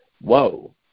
whoa